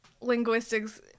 linguistics